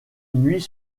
nuit